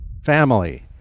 family